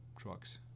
trucks